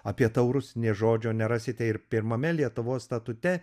apie taurus nė žodžio nerasite ir pirmame lietuvos statute